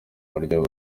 buryo